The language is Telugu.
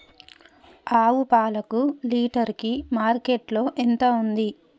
ఆవు పాలకు లీటర్ కి మార్కెట్ లో ఎంత ఉంది?